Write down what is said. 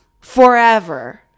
Forever